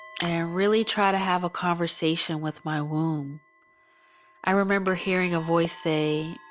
really try to have a conversation with my womb i remember hearing a voice say,